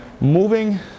moving